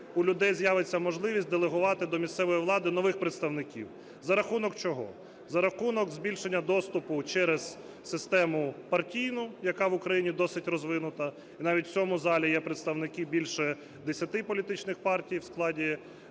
у людей з'явиться можливість делегувати до місцевої влади нових представників. За рахунок чого? За рахунок збільшення доступу через систему партійну, яка в Україні досить розвинута, і навіть в цьому залі є представники більше 10 політичних партій у складі